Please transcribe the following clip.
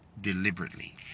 deliberately